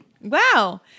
wow